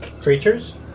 Creatures